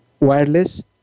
wireless